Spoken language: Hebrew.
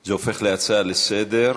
זה הופך להצעה לסדר-היום.